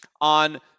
on